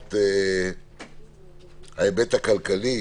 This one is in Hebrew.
מבחינת ההיבט הכלכלי,